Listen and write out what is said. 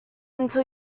until